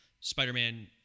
Spider-Man